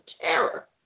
terror